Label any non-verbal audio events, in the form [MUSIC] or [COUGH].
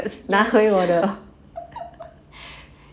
yes [LAUGHS]